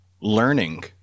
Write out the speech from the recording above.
learning